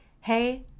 hey